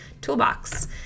toolbox